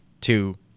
two